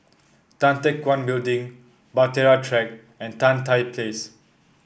Tan Teck Guan Building Bahtera Track and Tan Tye Place